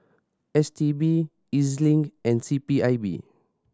S T B E Z Link and C P I B